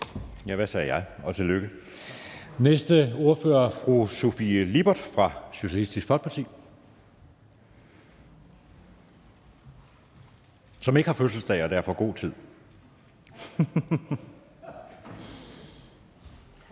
Hvad sagde jeg? Og tillykke. Næste ordfører er fru Sofie Lippert fra Socialistisk Folkeparti, som ikke har fødselsdag og derfor har god tid. Kl.